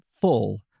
full